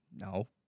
No